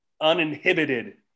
uninhibited